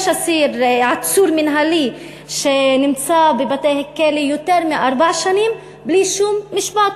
יש עצור מינהלי שנמצא בבתי-הכלא יותר מארבע שנים בלי שום משפט.